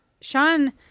Sean